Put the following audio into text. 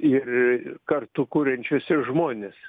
ir kartu kuriančius ir žmones